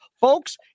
folks